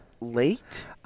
late